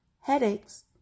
headaches